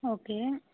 okay